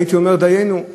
הייתי אומר: דיינו,